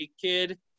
kid